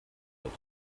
wird